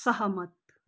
सहमत